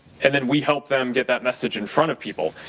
and then we help them get that message in front of people.